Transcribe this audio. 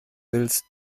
willst